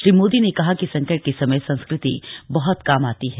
श्री मोदी ने कहा कि संकट के समय संस्कृति बहुत काम आती है